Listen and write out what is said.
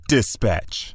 Dispatch